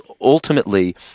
ultimately